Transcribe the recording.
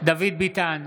דוד ביטן,